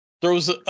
throws